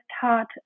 taught